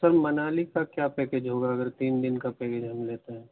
سر منالی کا کیا پیکج ہوگا اگر تین دن کا پیکج ہم لیتے ہیں